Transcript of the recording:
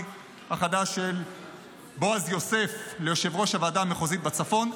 החדש של בועז יוסף ליושב-ראש הוועדה המחוזית בצפון,